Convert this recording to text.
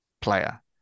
player